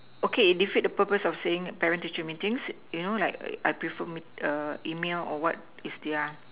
okay it defeat the purpose of saying parent teacher meetings you know like I prefer err email or what if their